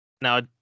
Now